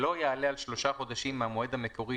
שלא יעלה על שלושה חודשים מן המועד המקורי